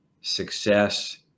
success